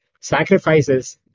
sacrifices